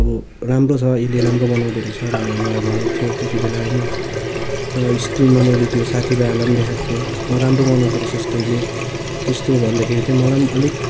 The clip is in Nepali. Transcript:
अब राम्रो छ यसले राम्रो बनाउँदो रहेछ भनेर मलाई भनेको थियो त्यतिबेला होइन र स्कुलमा मैले त्यो साथी भाइहरूलाई पनि देखाएको थिएँ अँ राम्रो बनाउँदो रहेछस् तैँले त्यस्तो भन्दाखेरि चाहिँ मलाई पनि अलिक